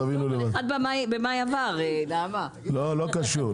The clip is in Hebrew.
תודה ובגלל זה אני מאוד מעריכה אותך.